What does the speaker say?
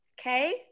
Okay